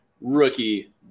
rookie